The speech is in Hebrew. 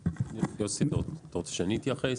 יוסי, אתה רוצה שאני אתייחס?